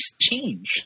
change